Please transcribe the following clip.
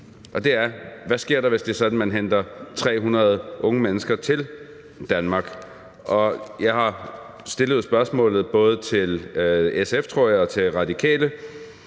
side, for hvad sker der, hvis det er sådan, at man henter 300 unge mennesker til Danmark? Jeg har stillet spørgsmålet både til SF, tror jeg, og til Radikale.